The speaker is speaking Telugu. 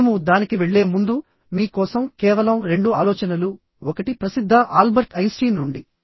మేము దానికి వెళ్ళే ముందు మీ కోసం కేవలం రెండు ఆలోచనలు ఒకటి ప్రసిద్ధ ఆల్బర్ట్ ఐన్స్టీన్ నుండి